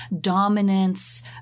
dominance